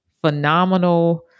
phenomenal